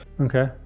okay